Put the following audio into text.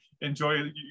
enjoy